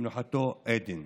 מנוחתו עדן.